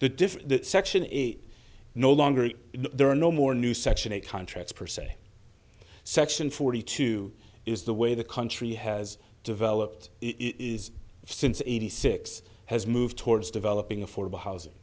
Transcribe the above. different section eight no longer there are no more new section eight contracts per se section forty two is the way the country has developed it is since eighty six has moved towards developing affordable housing